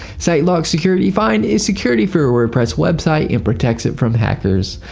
sitelock security find is security for your wordpress website and protects it from hackers.